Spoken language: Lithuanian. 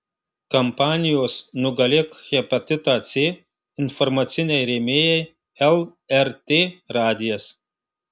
kampanijos nugalėk hepatitą c informaciniai rėmėjai lrt radijas